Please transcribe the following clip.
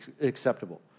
acceptable